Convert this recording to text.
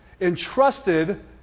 entrusted